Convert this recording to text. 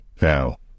Now